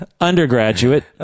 undergraduate